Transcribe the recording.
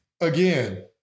again